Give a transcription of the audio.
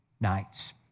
nights